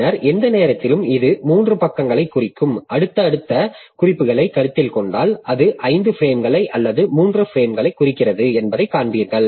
பின்னர் எந்த நேரத்திலும் இது 3 பக்கங்களைக் குறிக்கும் அடுத்தடுத்த குறிப்புகளைக் கருத்தில் கொண்டால் அது 5 பிரேம்களை அல்ல 3 பிரேம்களைக் குறிக்கிறது என்பதைக் காண்பீர்கள்